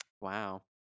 wow